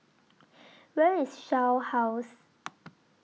Where IS Shell House